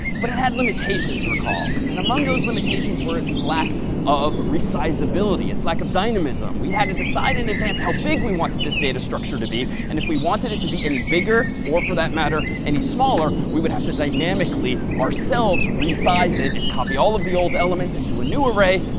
but it had limitations, recall. and and among those limitations were its lack of resizeability, its lack of dynamism. we had to decide in advance how big we wanted this data structure to be, and if we wanted it to be any bigger, or for that matter any smaller, we would have to dynamically ourselves resize it and copy all of the old elements into a new array,